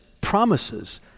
promises